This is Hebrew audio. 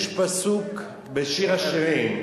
יש פסוק בשיר השירים: